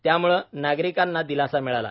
त्यामुळे नागरिकांना दिलासा मिळाला